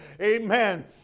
Amen